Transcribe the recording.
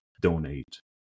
donate